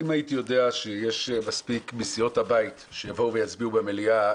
אם הייתי יודע שיש מספיק מסיעות הבית שיבואו ויצביעו במליאה,